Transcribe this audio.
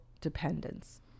dependence